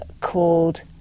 called